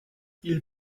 ils